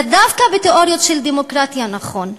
דווקא בתיאוריות של דמוקרטיה זה נכון,